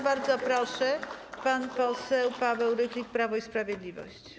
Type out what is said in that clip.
Bardzo proszę, pan poseł Paweł Rychlik, Prawo i Sprawiedliwość.